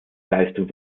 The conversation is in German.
leistung